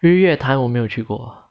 日月潭我没有去过